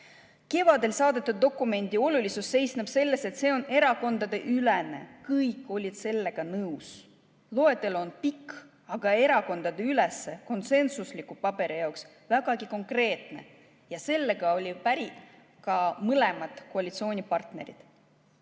Kevadel saadetud dokumendi olulisus seisneb selles, et see on erakondadeülene, kõik olid sellega nõus. Loetelu on pikk, aga erakondadeülese konsensusliku paberi jaoks vägagi konkreetne. Sellega olid päri ka mõlemad koalitsioonipartnerid.